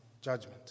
judgment